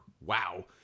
Wow